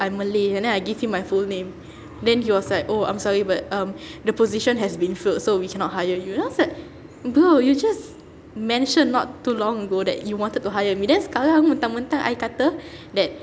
I malay and then I give him my full name then he was like oh I'm sorry but um the position has been filled so we cannot hire you then I was like bro you just mentioned not too long ago that you wanted to hire me then sekarang mentang-mentang I kata that